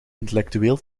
intellectueel